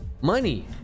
money